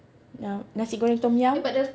um nasi goreng tom yum